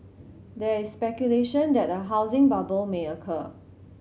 there is speculation that a housing bubble may occur